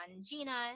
Gina